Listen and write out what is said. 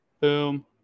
Boom